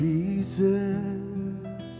Jesus